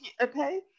okay